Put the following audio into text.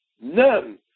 none